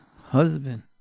husband